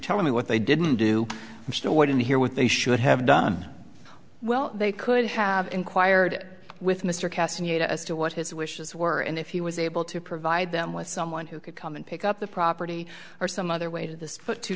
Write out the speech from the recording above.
telling me what they didn't do i'm still waiting to hear what they should have done well they could have inquired with mr kasson you know as to what his wishes were and if he was able to provide them with someone who could come and pick up the property or some other way to this but to